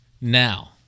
Now